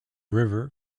river